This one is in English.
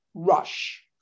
Rush